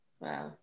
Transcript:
Wow